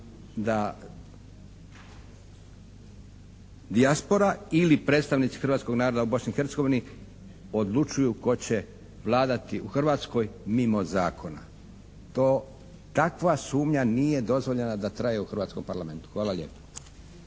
da dijaspora ili predstavnici hrvatskog naroda u Bosni i Hercegovini odlučuju tko će vladati u Hrvatskoj mimo zakona. Takva sumnja nije dozvoljena da traje u hrvatskom parlamentu. Hvala lijepo.